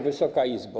Wysoka Izbo!